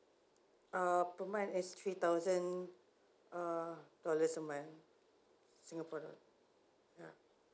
uh per mothn is three thousand uh dollars a month singapore dollars ya